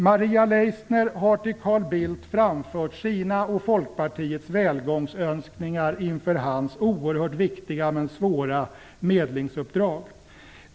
Maria Leissner har till Carl Bildt framfört sina och Folkpartiets välgångsönskningar inför hans oerhört viktiga men svåra medlingsuppdrag.